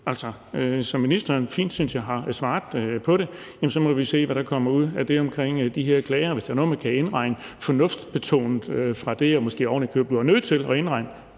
Altså, som ministeren fint – synes jeg – har svaret på det, må vi se, hvad der kommer ud af det omkring de her klager, og om der er noget, man fornuftsbetonet kan medtage fra det og måske ovenikøbet blive nødt til at indregne.